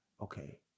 Okay